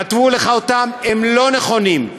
כתבו לך אותם, הם לא נכונים.